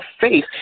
faith